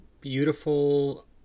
beautiful